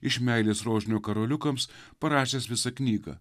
iš meilės rožinių karoliukams parašęs visą knygą